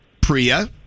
Priya